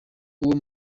uwo